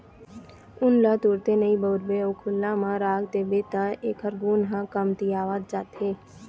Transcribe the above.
ऊन ल तुरते नइ बउरबे अउ खुल्ला म राख देबे त एखर गुन ह कमतियावत जाथे